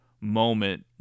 moment